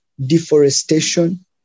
deforestation